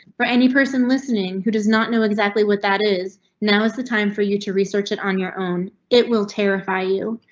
for any person listening who does not know exactly what that is now is the time for you to research it on your own. it will terrify you.